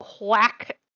whack